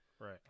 Right